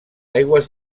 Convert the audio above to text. aigües